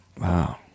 Wow